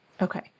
okay